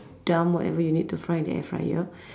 dump whatever you need to fry in the air fryer